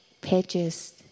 pages